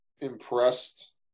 impressed